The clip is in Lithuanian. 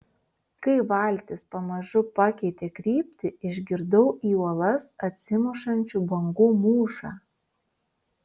kai valtis pamažu pakeitė kryptį išgirdau į uolas atsimušančių bangų mūšą